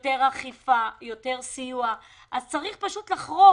יותר אכיפה ויותר סיוע אז צריך לחרוג.